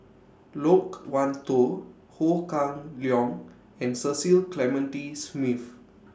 Loke Wan Tho Ho Kah Leong and Cecil Clementi Smith